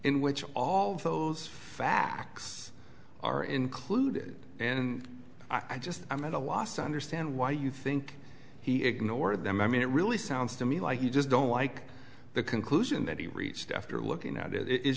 in which all of those facts are included and i just i'm at a loss to understand why you think he ignored them i mean it really sounds to me like you just don't like the conclusion that he reached after looking at it i